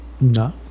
No